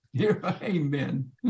Amen